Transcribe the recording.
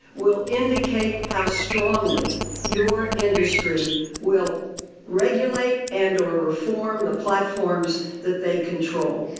will indicate how strongly your industry will regulate and or reform the platforms that they control.